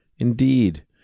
Indeed